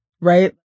Right